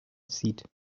seat